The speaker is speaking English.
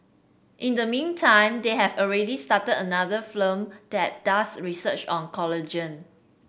in the meantime they have already started another firm that does research on collagen